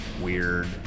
weird